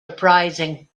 uprising